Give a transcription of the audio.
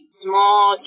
small